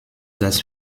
das